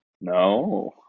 no